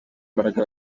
mbaraga